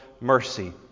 mercy